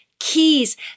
keys